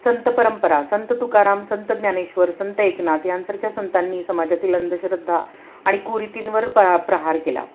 संत परंपरा संत तुकाराम संत ज्ञानेश्वर संत एकनाथ यांसारख्या संतांनी समाजातील अंधश्रद्धा आणि कुरितींवर पर् प्रहार केला